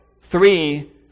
Three